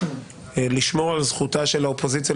לשמור על זכותה של האופוזיציה,